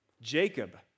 Jacob